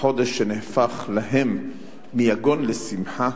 החודש שנהפך להם מיגון לשמחה,